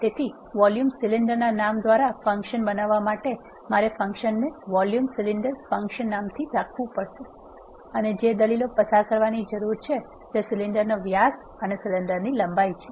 તેથી volume cylinder નામ દ્વારા ફંકશન બનાવવા માટે મારે ફંક્શનને વોલ્યુમ સિલિન્ડર ફંક્શન નામથી રાખવું પડશે અને જે દલીલો પસાર કરવાની જરૂર છે તે સિલિન્ડરનો વ્યાસ અને સિલિન્ડરની લંબાઈ છે